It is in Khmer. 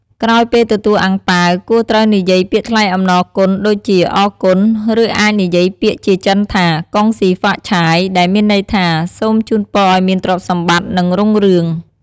ក្រោយពេលទទួលអាំងប៉ាវ គួរត្រូវនិយាយពាក្យថ្លែងអំណរគុណដូចជា "អរគុណ" ឬអាចនិយាយពាក្យជាចិនថា "កុងស៊ីហ្វាឆាយ" ដែលមានន័យថា "សូមជូនពរឱ្យមានទ្រព្យសម្បត្តិ និងរុងរឿង។